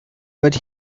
but